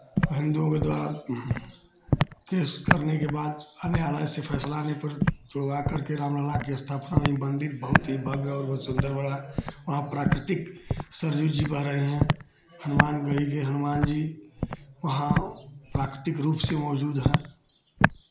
हिंदुओं के द्वारा केस करने के बाद न्यायालय से फैसला आने पर तुड़वा करके राम लला के स्थापना आइ मंदिर बहुत ही भव्य और बहुत सुंदर बड़ा है वहाँ प्राकृतिक सरयु जी बह रहे हैं हनुमान गढ़ी के हनुमान जी वहाँ प्राकृतिक रूप से मौज़ूद हैं